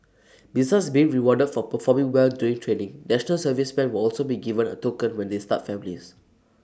besides being rewarded for performing well during training National Serviceman will also be given A token when they start families